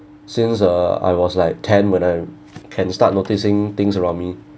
since uh I was like ten when I can start noticing things around me